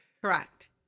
Correct